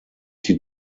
die